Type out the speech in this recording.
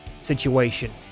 situation